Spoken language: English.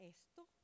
Esto